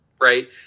right